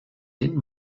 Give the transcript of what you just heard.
den